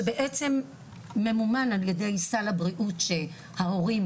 שבעצם ממומן על ידי סל הבריאות שההורים